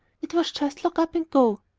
it was just lock-up and go!